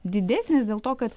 didesnis dėl to kad